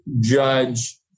judge